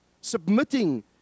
submitting